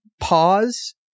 pause